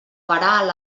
parar